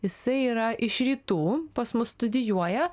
jisai yra iš rytų pas mus studijuoja